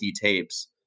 tapes